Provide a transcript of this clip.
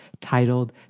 titled